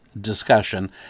discussion